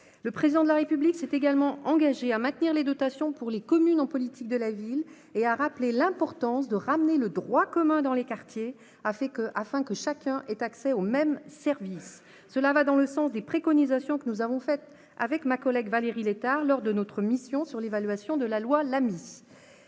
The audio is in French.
Le Président de la République s'est également engagé à maintenir les dotations pour les communes en politique de la ville et a rappelé l'importance de « ramener le droit commun dans les quartiers, afin que chacun ait accès aux mêmes services ». Cela va dans le sens des préconisations que Valérie Létard et moi-même avons formulées, lors de notre mission d'information sur l'évaluation de la loi Lamy.